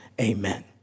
Amen